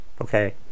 okay